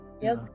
Yes